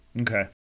okay